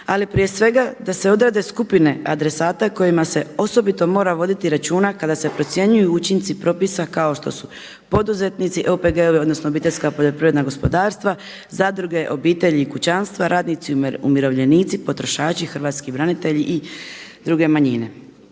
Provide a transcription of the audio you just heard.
ali prije svega da se odrede skupine adresata kojima se osobito mora voditi računa kada se procjenjuju učinci propisa kao što su poduzetnici, OPG-ovi odnosno obiteljska poljoprivredna gospodarstva, zadruge, obitelji i kućanstva, radnici i umirovljenici, potrošači, hrvatski branitelji i druge manjine.